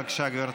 בבקשה, גברתי.